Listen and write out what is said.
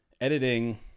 editing